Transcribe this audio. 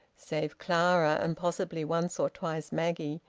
save clara, and possibly once or twice maggie,